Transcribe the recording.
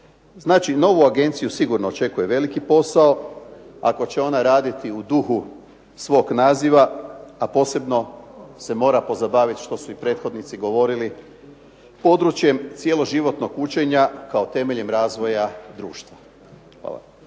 Znači novu agenciju sigurno očekuje veliki posao, ako će ona raditi u duhu svog naziva, a posebno se mora pozabavit što su i prethodnici govorili, područjem cjeloživotnog učenja kao temeljem razvoja društva. Hvala.